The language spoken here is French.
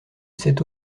sept